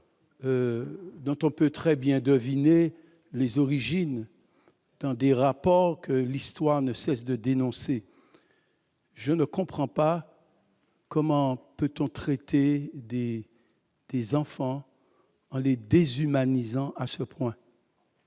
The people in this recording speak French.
dont on peut très bien deviner les origines, qui est issue de rapports que l'histoire ne cesse de dénoncer. Je ne comprends pas comment on peut traiter des enfants comme cela et les déshumaniser à ce point.